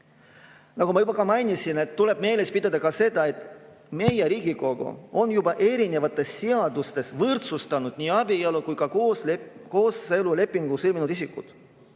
Nagu ma juba mainisin, tuleb meeles pidada ka seda, et Riigikogu on juba erinevates seadustes võrdsustanud abielus olevad ja kooselulepingu sõlminud isikud.